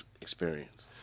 experience